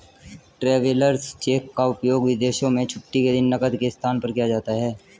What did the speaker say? travellers cheque का उपयोग विदेशों में छुट्टी के दिन नकद के स्थान पर किया जाता है